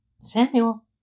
Samuel